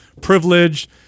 privileged